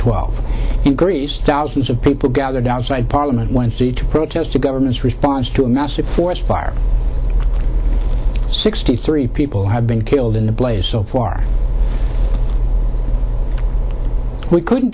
twelve in greece thousands of people gathered outside parliament wednesday to protest the government's response to a massive forest fire sixty three people have been killed in the blaze so far we couldn't